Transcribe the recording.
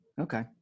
okay